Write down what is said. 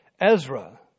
Ezra